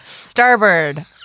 Starboard